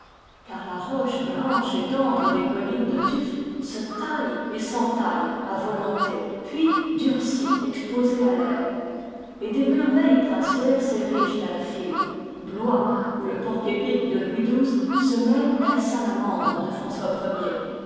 car la roche blanche et tendre des collines de tuf se taille et s'entaille à volonté puis durcit exposée à l'air et des merveilles princières s'érigent à la file blois où le porc-épic de louis xii se mêle à la salamandre de françois